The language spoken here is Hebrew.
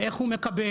ואיך הוא מקבל,